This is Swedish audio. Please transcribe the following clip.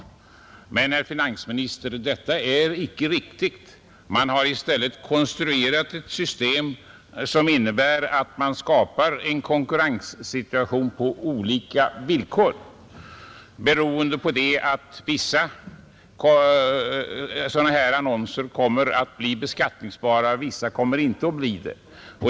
Men, herr finansminister, detta är icke riktigt. Man har i stället konstruerat ett system som innebär skapandet av en konkurrenssituation på olika villkor, beroende på att vissa annonser kommer att bli beskattningsbara, medan andra inte kommer att bli det.